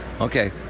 Okay